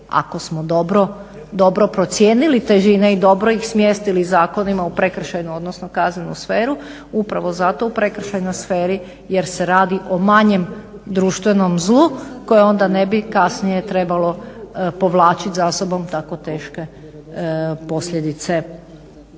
ako smo dobro procijenili težine i dobro ih smjestili zakonima u prekršajnu, odnosno kaznenu sferu upravo zato u prekršajnoj sferi jer se radi o manjem društvenom zlu koje onda ne bi kasnije trebalo povlačit za sobom tako teške posljedice